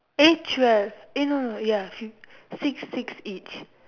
eh twelve eh no no ya few six six each